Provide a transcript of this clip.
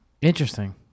Interesting